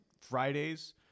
Fridays